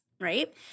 right